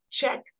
check